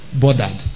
bothered